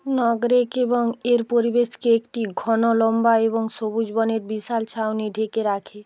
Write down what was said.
নগরেক এবং এর পরিবেশকে একটি ঘন লম্বা এবং সবুজ বনের বিশাল ছাউনি ঢেকে রাখে